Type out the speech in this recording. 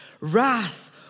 wrath